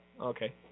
okay